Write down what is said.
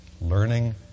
learning